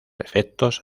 efectos